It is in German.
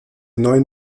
neuen